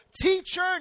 teacher